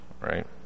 right